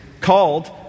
called